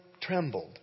trembled